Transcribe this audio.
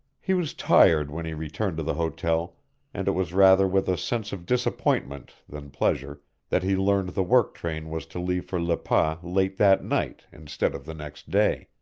he was tired when he returned to the hotel and it was rather with a sense of disappointment than pleasure that he learned the work-train was to leave for le pas late that night instead of the next day.